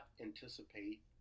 anticipate